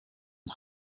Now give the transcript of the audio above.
and